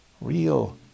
Real